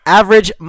average